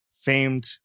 famed